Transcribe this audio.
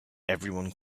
everyone